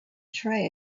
tray